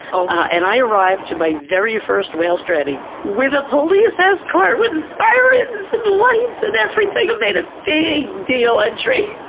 so and i arrived to my very first whale stranding with a police escort! with sirens, and lights, and everything! i made a big deal entry.